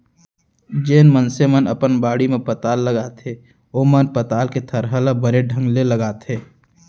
जेन मनसे मन अपन बाड़ी म पताल लगाथें ओमन पताल के थरहा ल बने ढंग ले लगाथें